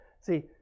See